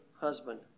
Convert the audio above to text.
husband